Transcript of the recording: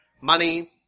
money